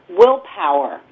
willpower